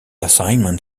assignment